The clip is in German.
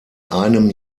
einem